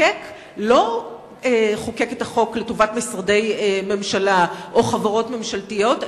המחוקק לא חוקק את החוק לטובת משרדי ממשלה או חברות ממשלתיות,